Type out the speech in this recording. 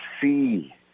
see